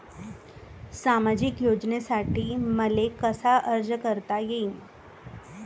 सामाजिक योजनेसाठी मले कसा अर्ज करता येईन?